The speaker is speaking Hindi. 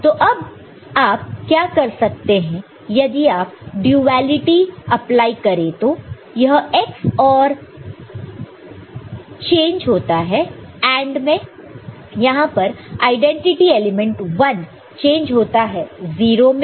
तो अब आप क्या कर सकते हैं यदि आप ड्यूएलिटी अप्लाई करें तो यह x OR चेंज होता है AND में यहां पर आईडेंटिटी एलिमेंट 1 चेंज होता है 0 में